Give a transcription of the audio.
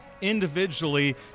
individually